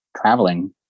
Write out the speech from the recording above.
traveling